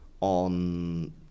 on